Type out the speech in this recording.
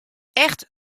echt